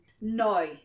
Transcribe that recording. No